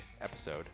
episode